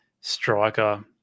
striker